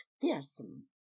fearsome